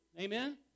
amen